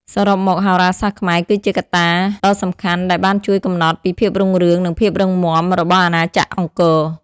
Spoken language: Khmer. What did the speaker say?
សរុបមក ហោរាសាស្ត្រខ្មែរគឺជាកត្តាដ៏សំខាន់ដែលបានជួយកំណត់ពីភាពរុងរឿងនិងភាពរឹងមាំរបស់អាណាចក្រអង្គរ។